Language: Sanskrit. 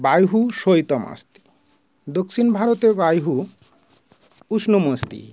वायुः शैत्यम् अस्ति दक्षिणभारते वायुः उष्णम् अस्ति